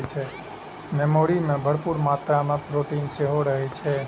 मौसरी मे भरपूर मात्रा मे प्रोटीन सेहो रहै छै